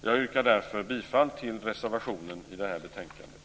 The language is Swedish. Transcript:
Jag yrkar därför bifall till reservationen vid det här betänkandet.